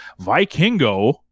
Vikingo